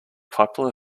popular